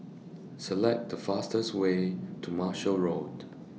Select The fastest Way to Marshall Road